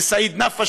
וסעיד נפאע,